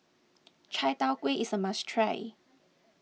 Chai Tow Kway is a must try